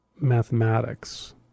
mathematics